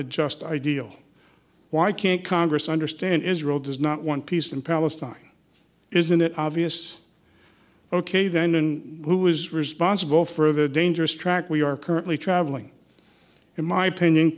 a just ideal why can't congress understand israel does not want peace in palestine isn't it obvious ok then and who is responsible for the dangerous track we are currently traveling in my opinion